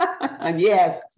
Yes